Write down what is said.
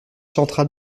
central